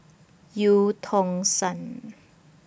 EU Tong Sun